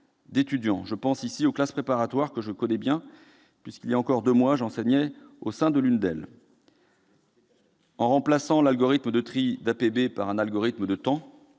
d'étudiants. Je pense ici aux classes préparatoires, que je connais bien, puisque, il y a encore deux mois, j'enseignais au sein de l'une d'elles. En remplaçant l'algorithme de tri d'APB par un algorithme de temps,